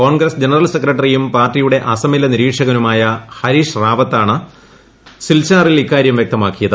Congress general സെക്രട്ടറിയും പാർട്ടിയുടെ അസമിലെ നിരീക്ഷകനുമായ ഹരീഷ് റാവത്താണ് സിൽച്ചാറിൽ ഇക്കാര്യം വ്യക്തമാക്കിയത്